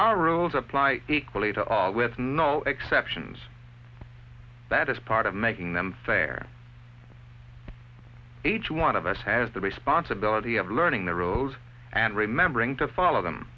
our rules apply equally to all with no exceptions that is part of making them fair each one of us has the responsibility of learning the rows and remembering to follow them